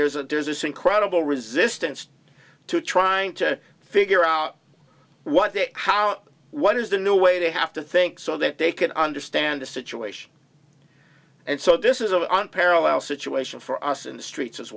there's a does this incredible resistance to trying to figure out what their how what is the new way they have to think so that they can understand the situation and so this is a parallel situation for us in the streets as